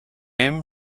him